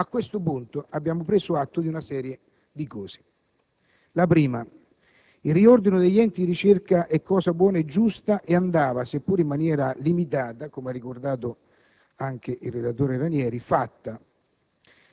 A questo punto, abbiamo preso atto di alcuni elementi. Innanzi tutto, il riordino degli enti di ricerca è cosa buona e giusta e andava fatto, seppure in maniera limitata, come ha ricordato anche il relatore Ranieri, anche